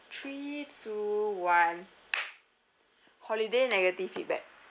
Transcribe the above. three two one holiday negative feedback